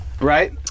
Right